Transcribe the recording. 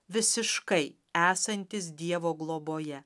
visiškai esantis dievo globoje